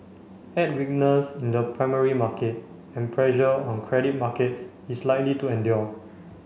add weakness in the primary market and pressure on credit markets is likely to endure